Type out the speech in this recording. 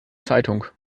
zeitung